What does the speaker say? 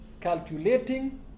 calculating